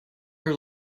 are